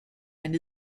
and